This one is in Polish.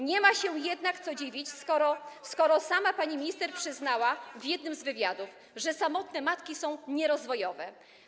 Nie ma się jednak co dziwić, skoro sama pani minister przyznała w jednym z wywiadów, że samotne matki są nierozwojowe.